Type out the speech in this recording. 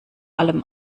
allem